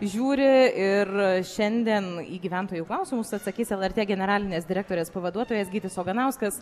žiūri ir šiandien į gyventojų klausimus atsakys lrt generalinės direktorės pavaduotojas gytis oganauskas